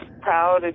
proud